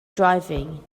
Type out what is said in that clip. driving